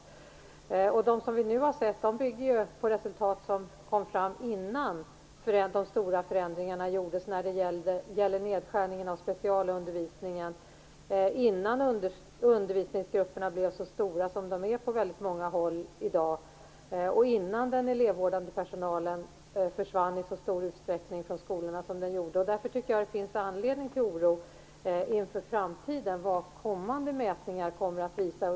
De studier som vi nu har sett bygger på resultat som kom fram innan de stora förändringarna gjordes när det gäller nedskärningarna inom specialundervisningen, innan undervisningsgrupperna blev så stora som de på många håll i dag är och innan den elevvårdande personalen i så stor utsträckning som ju var fallet försvann från skolorna. Därför tycker jag att det inför framtiden finns anledning till oro över vad senare mätningar kommer att visa.